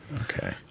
Okay